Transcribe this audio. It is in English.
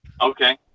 Okay